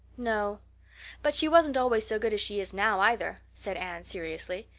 no but she wasn't always so good as she is now either, said anne seriously.